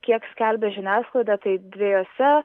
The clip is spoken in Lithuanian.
kiek skelbia žiniasklaida tai dviejose